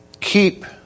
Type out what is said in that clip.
keep